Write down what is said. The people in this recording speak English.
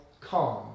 calm